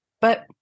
But-